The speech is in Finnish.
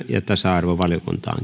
ja tasa arvovaliokuntaan